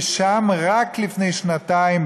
ושם רק לפני שנתיים,